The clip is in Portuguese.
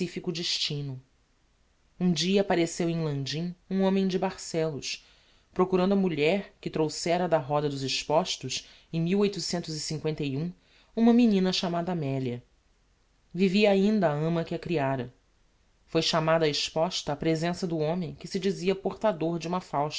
pacifico destino um dia appareceu em landim um homem de barcellos procurando a mulher que trouxera da roda dos expostos em uma menina chamada amelia vivia ainda a ama que a creára foi chamada a exposta á presença do homem que se dizia portador de uma fausta